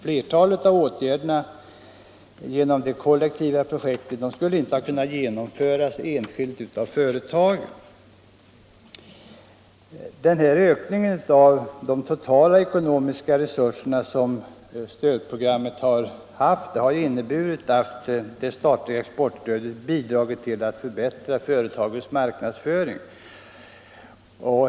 Flertalet av åtgärderna inom de kollektiva projekten skulle inte ha kunnat genomföras enskilt av företagen. Förutom den ökning av de totala ekonomiska resurserna som stödprogrammet inneburit har det statliga exportstödet bidragit till att förbättra företagens marknadsföring.